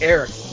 Eric